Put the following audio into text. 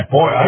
Boy